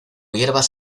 hierbas